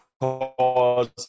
cause